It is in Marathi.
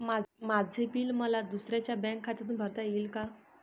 माझे बिल मला दुसऱ्यांच्या बँक खात्यातून भरता येईल का?